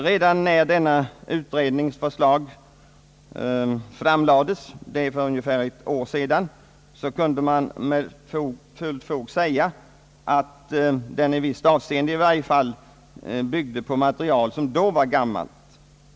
Redan när denna utrednings förslag för ungefär ett år sedan framlades kunde man med fullt fog säga, att den i visst avseende i varje fall byggde på material som redan då var gammalt.